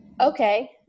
okay